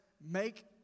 Make